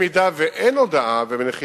אם אין הודעה, ויש